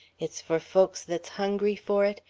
it's for folks that's hungry for it,